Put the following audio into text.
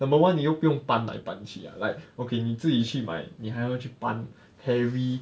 number one 你又不用搬来搬去 ah like okay 你自己去买你还要搬 carry